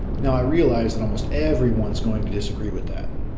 now, i realize that almost everyone's going to disagree with that,